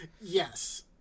Yes